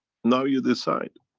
now you decide.